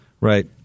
Right